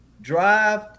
drive